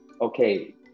okay